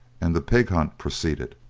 and the pig hunt proceeded.